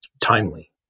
timely